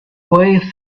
way